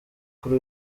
kuri